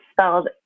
spelled